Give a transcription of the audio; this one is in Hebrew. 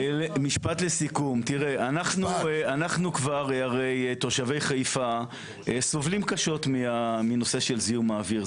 הרי תושבי חיפה סובלים קשות מזיהום האוויר.